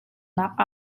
nak